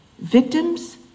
Victims